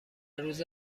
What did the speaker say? روز